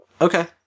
Okay